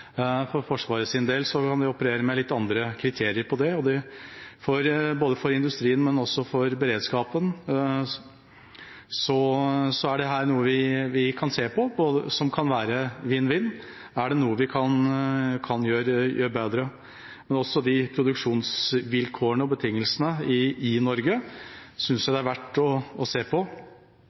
Forsvaret kan for sin del operere med litt andre kriterier for dette. Både for industrien og for beredskapen er dette noe vi kan se på, og som kan være vinn-vinn. Er det noe vi kan gjøre bedre? Men også produksjonsvilkårene og betingelsene i Norge synes jeg det er verdt å se på.